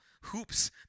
hoops